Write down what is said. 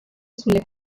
sulle